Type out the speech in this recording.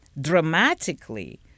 dramatically